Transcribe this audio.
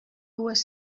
dues